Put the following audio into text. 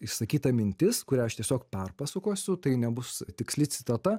išsakyta mintis kurią aš tiesiog perpasakosiu tai nebus tiksli citata